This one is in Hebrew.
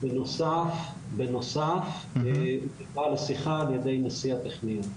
בנוסף נקרא לשיחה על ידי נשיא הטכניון.